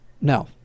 No